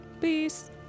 Peace